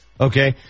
okay